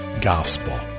gospel